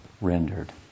rendered